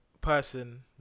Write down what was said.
Person